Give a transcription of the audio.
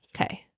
okay